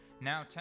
now